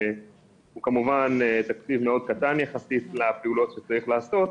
שהוא כמובן תקציב מאוד קטן יחסית לפעולות שצריכות להיעשות.